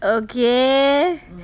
okay